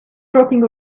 dropping